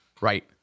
Right